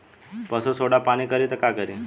पशु सोडा पान करी त का करी?